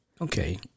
Okay